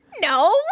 No